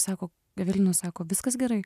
sako evelina sako viskas gerai